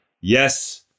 yes